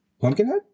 Pumpkinhead